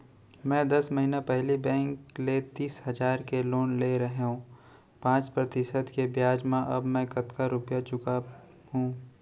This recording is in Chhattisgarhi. मैं दस महिना पहिली बैंक ले तीस हजार के लोन ले रहेंव पाँच प्रतिशत के ब्याज म अब मैं कतका रुपिया चुका हूँ?